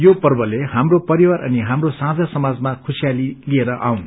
यो पर्वते हाम्रो परिवार अनि हाम्रो साझा समाजमा खुशियाली लिएर आउन्